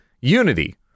unity